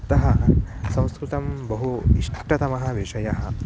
अतः संस्कृतं बहु इष्टतमः विषयः